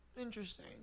Interesting